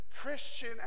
Christian